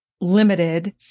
limited